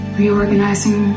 reorganizing